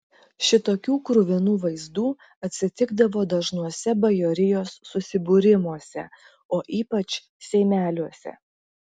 šitokių kruvinų vaizdų atsitikdavo dažnuose bajorijos susibūrimuose o ypač seimeliuose